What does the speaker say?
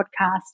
podcast